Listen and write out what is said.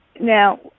Now